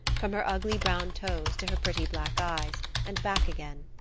from her ugly brown toes to her pretty black eyes, and back again.